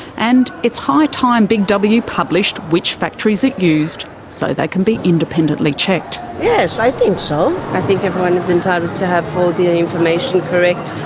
and it's high time big w published which factories it used so they can be independently checked. yes, i think so. i think everyone is entitled to have all the information correct.